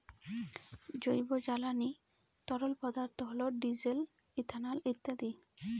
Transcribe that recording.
জৈব জ্বালানি তরল পদার্থ হল ডিজেল, ইথানল ইত্যাদি